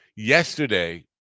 yesterday